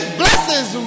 blessings